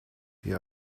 die